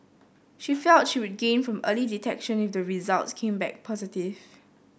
she felt she would gain from early detection if the results came back positive